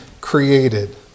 created